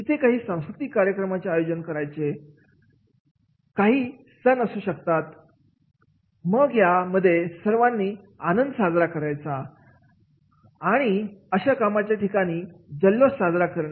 तिथे काही सांस्कृतिक कार्यक्रमाचे आयोजन करायचे नाही सण असू शकतात मया मध्ये सर्वांनी आनंद साजरा करायचा आणि अशा कामाचे ठिकाणी जल्लोष साजरा करणे